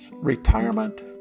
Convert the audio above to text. retirement